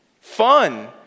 fun